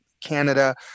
Canada